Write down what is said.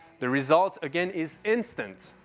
the result again is instant.